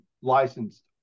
licensed